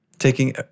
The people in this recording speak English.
taking